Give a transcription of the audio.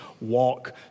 walk